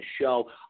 show